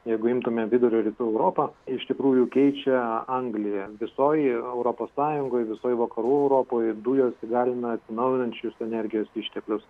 jeigu imtumėm vidurio rytų europą iš tikrųjų keičia angliją visoj europos sąjungoj visoj vakarų europoj dujos įgalina atsinaujinančius energijos išteklius